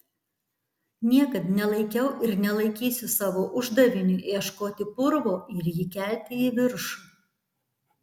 niekad nelaikiau ir nelaikysiu savo uždaviniu ieškoti purvo ir jį kelti į viršų